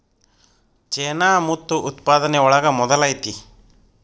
ಚೇನಾ ಮುತ್ತು ಉತ್ಪಾದನೆ ಒಳಗ ಮೊದಲ ಐತಿ